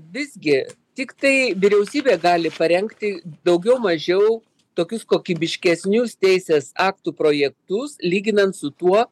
visgi tiktai vyriausybė gali parengti daugiau mažiau tokius kokybiškesnius teisės aktų projektus lyginant su tuo